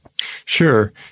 Sure